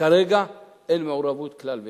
כרגע אין מעורבות כלל ועיקר.